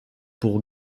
pour